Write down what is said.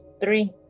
three